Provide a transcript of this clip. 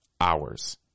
hours